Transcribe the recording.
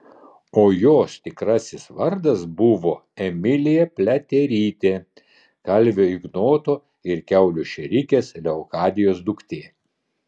o jos tikrasis vardas buvo emilija pliaterytė kalvio ignoto ir kiaulių šėrikės leokadijos duktė